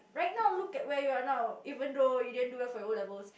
right now look at where you are right now even though you didn't do well for your O-levels